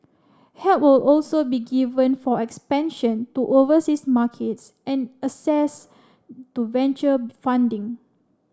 help will also be given for expansion to overseas markets and access to venture funding